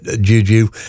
Juju